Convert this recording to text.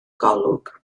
golwg